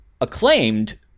acclaimed